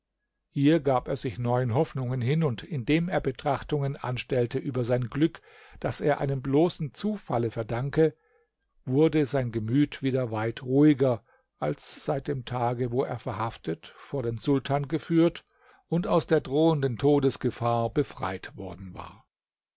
hier gab er sich neuen hoffnungen hin und indem er betrachtungen anstellte über sein glück das er einem bloßen zufalle verdankte wurde sein gemüt wieder weit ruhiger als seit dem tage wo er verhaftet vor den sultan geführt und aus der drohenden todesgefahr befreit worden war